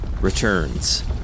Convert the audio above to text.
returns